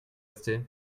rester